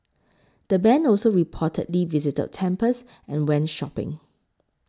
the band also reportedly visited temples and went shopping